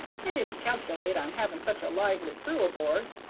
i didn't calc'late on having such a lively crew aboard.